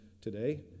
today